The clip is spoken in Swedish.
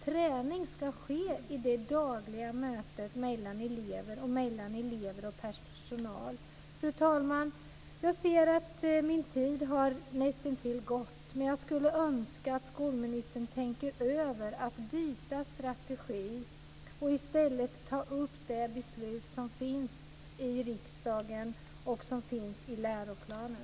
Träning ska ske i det dagliga mötet mellan elever och mellan elever och personal. Fru talman! Jag ser att min talartid har nästintill tagit slut. Men jag skulle önska att skolministern tänkte över att byta strategi och i stället ta upp det beslut som fattats av riksdagen och som återfinns i läroplanen.